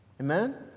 Amen